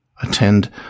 attend